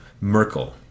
Merkel